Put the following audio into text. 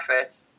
office